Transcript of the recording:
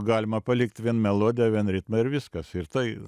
galima palikt vien melodiją vien ritmą ir viskas ir tai